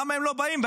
למה הם לא באים?